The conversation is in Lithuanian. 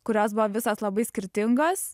kurios buvo visos labai skirtingos